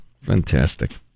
Fantastic